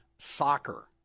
soccer